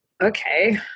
okay